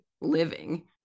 living